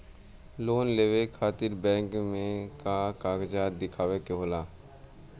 Loan लेवे खातिर bank मे का कागजात दिखावे के होला?